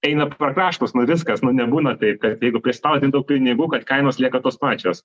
eina per kraštus nu viskas nu nebūna taip kad jeigu prispausdini daug pinigų kad kainos lieka tos pačios